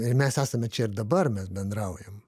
ir mes esame čia ir dabar mes bendraujam